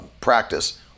practice